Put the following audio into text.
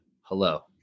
Hello